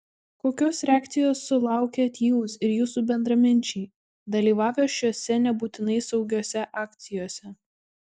kokios reakcijos sulaukėt jūs ir jūsų bendraminčiai dalyvavę šiose nebūtinai saugiose akcijose